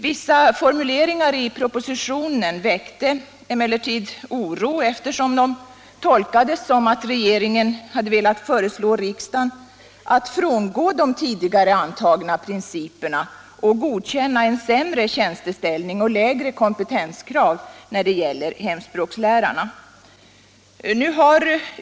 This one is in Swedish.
Vissa formuleringar i propositionen väckte emellertid oro eftersom de tolkades som om regeringen velat föreslå riksdagen att frångå de tidigare antagna principerna och godkänna en sämre tjänsteställning och lägre 59 kompetenskrav när det gäller hemspråkslärarna.